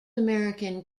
american